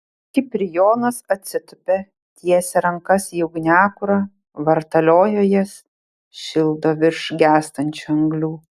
kiprijonas atsitupia tiesia rankas į ugniakurą vartalioja jas šildo virš gęstančių anglių